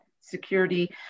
security